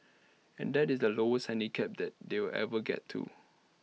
and that's the lowest handicap that they'll ever get to